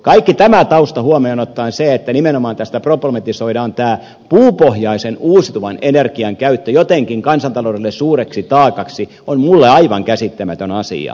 kaikki tämä tausta huomioon ottaen se että tästä problematisoidaan nimenomaan tämä puupohjaisen uusiutuvan energian käyttö jotenkin kansantaloudelle suureksi taakaksi on minulle aivan käsittämätön asia